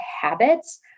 habits